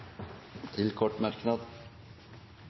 en kort merknad,